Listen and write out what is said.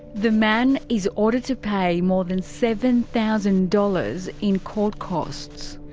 the man is ordered to pay more than seven thousand dollars in court costs.